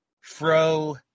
Fro